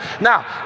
Now